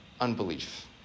unbelief